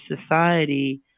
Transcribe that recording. society